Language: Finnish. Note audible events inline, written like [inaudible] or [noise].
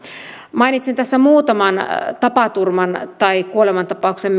mainitsen tässä muutaman tapaturman tai kuolemantapauksen [unintelligible]